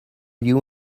you